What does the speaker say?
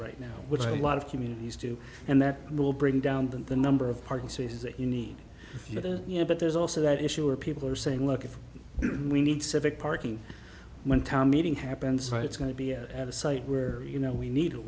right now which a lot of communities do and that will bring down the number of parking spaces that you need you know but there's also that issue where people are saying look if we need civic parking when town meeting happens right it's going to be at a site where you know we need at